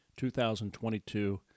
2022